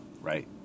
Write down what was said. right